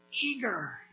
eager